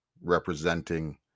representing